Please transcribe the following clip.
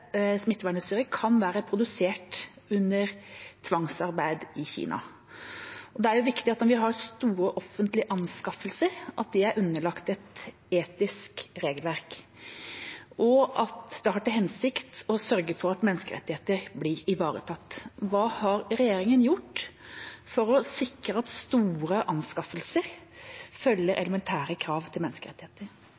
smittevernutstyret kan være produsert under tvangsarbeid i Kina. Det er jo viktig når vi har store offentlige anskaffelser, at det er underlagt et etisk regelverk, og at det har til hensikt å sørge for at menneskerettigheter blir ivaretatt. Hva har regjeringen gjort for å sikre at store anskaffelser følger